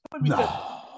No